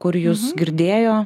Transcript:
kur jūs girdėjo